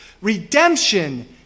Redemption